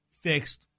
fixed